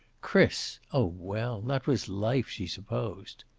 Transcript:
chris! oh, well, that was life, she supposed.